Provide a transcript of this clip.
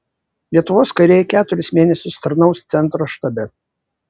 lietuvos kariai keturis mėnesius tarnaus centro štabe